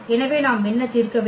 எனவே நாம் என்ன தீர்க்க வேண்டும்